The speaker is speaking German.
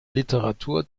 literatur